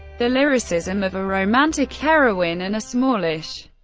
the lyricism of a romantic heroine and a smallish,